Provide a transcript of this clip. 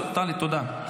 טלי, תודה.